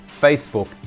Facebook